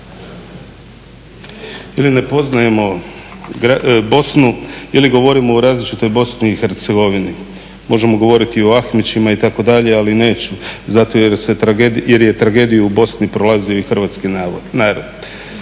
Ili ne poznajemo Bosnu ili govorimo o različitoj Bosni i Hercegovini. Možemo govoriti i o Ahmičima itd. ali neću zato jer se tragedija, jer je tragediju u Bosni prolazio i Hrvatski narod.